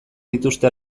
dituzte